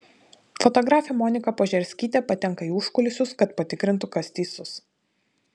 fotografė monika požerskytė patenka į užkulisius kad patikrintų kas teisus